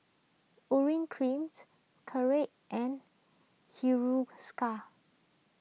Urea Cream and Hiruscar